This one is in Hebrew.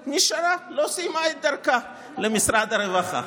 נשארה, לא סיימה את דרכה למשרד הרווחה.